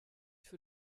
für